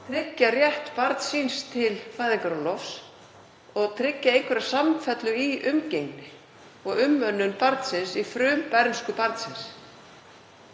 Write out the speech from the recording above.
tryggja rétt barns síns til fæðingarorlofs og tryggja einhverja samfellu í umgengni og umönnun barnsins í frumbernsku barnsins.